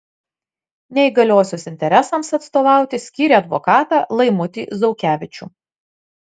neįgaliosios interesams atstovauti skyrė advokatą laimutį zaukevičių